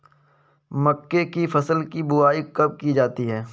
मक्के की फसल की बुआई कब की जाती है?